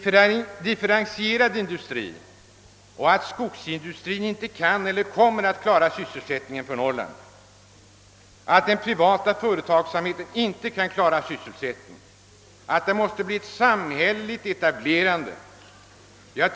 Det gäller här en differentierad industri, eftersom skogsindustrin inte kan eller kommer att kunna klara sysselsättningen för Norrlands del. Man har också insett att den privata företagsamheten inte kan klara sysselsättningen och att ett samhälleligt företagsetablerande måste komma till stånd.